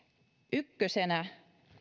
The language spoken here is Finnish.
ykkösenä